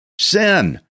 sin